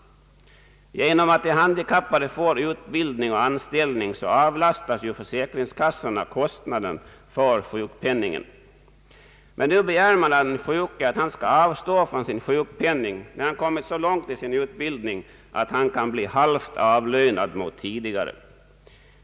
Genom att de handikappade får utbildning och anställning avlastas ju försäkringskassorna kostnaden för sjukpenningen. Nu begär man av den sjuke att han skall avstå från sin sjukpenning när han kommit så långt i sin utbildning att han kan bli halvt avlönad mot tidigare.